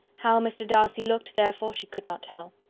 how mr. darcy looked, therefore, she could not tell.